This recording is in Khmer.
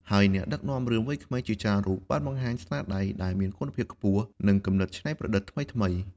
ហើយអ្នកដឹកនាំរឿងវ័យក្មេងជាច្រើនរូបបានបង្ហាញស្នាដៃដែលមានគុណភាពខ្ពស់ និងគំនិតច្នៃប្រឌិតថ្មីៗ។